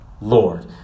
Lord